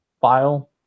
file